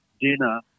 dinner